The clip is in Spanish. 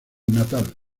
natal